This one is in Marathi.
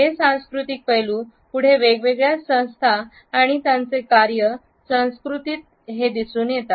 हे सांस्कृतिक पैलू पुढे वेगवेगळ्या संस्था आणि त्यांचे कार्य संस्कृतीत हे दिसून येते